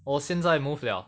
我现在 move liao